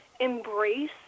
Embrace